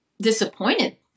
disappointed